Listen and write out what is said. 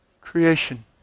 Creation